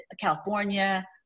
California